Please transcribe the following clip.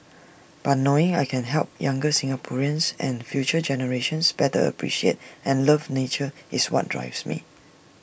but knowing I can help younger Singaporeans and future generations better appreciate and love nature is what drives me